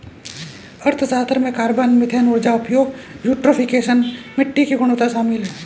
अर्थशास्त्र में carbon, methane ऊर्जा उपयोग, यूट्रोफिकेशन, मिट्टी की गुणवत्ता शामिल है